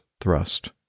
thrust